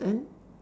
then